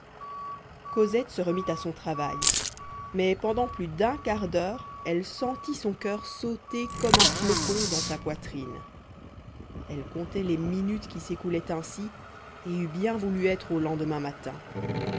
cosette se remit à son travail mais pendant plus d'un quart d'heure elle sentit son coeur sauter comme un gros flocon dans sa poitrine elle comptait les minutes qui s'écoulaient ainsi et eût bien voulu être au lendemain matin